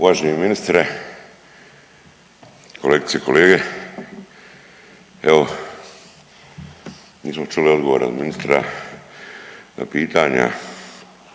Uvaženi ministre, kolegice i kolege, evo nismo čuli odgovor od ministra na pitanja